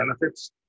benefits